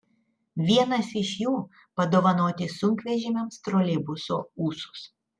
vienas iš jų padovanoti sunkvežimiams troleibuso ūsus